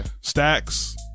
Stacks